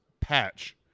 patch